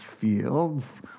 fields